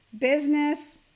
business